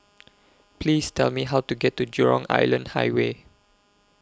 Please Tell Me How to get to Jurong Island Highway